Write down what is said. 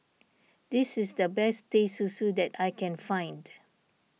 this is the best Teh Susu that I can find